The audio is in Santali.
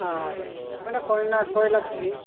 ᱟᱨ ᱚᱱᱮ ᱠᱚᱭᱱᱟ ᱠᱚᱭᱞᱟ ᱠᱷᱚᱱᱤ